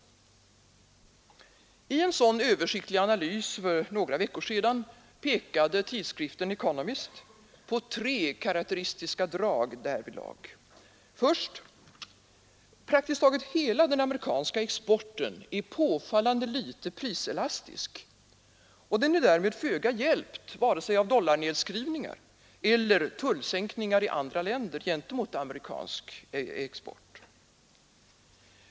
I en sådan översiktlig analys för några veckor sedan pekade tidskriften Economist på tre karakteristiska drag härvidlag. För det första: Praktiskt taget hela den amerikanska exporten är påfallande litet priselastisk och den är därmed föga hjälpt av vare sig dollarnedskrivningar eller tullsänkningar i andra länder gentemot amerikansk export.